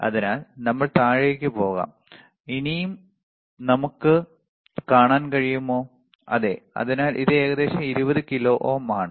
അതിനാൽ നമ്മൾക്ക് താഴേക്ക് പോകാം നമുക്ക് ഇനിയും കാണാൻ കഴിയുമോ അതെ അതിനാൽ ഇത് ഏകദേശം 20 കിലോ ഓം ആണ്